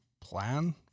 plan